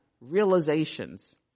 realizations